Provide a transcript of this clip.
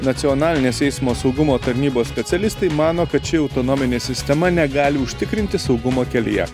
nacionalinės eismo saugumo tarnybos specialistai mano kad ši autonominė sistema negali užtikrinti saugumo kelyje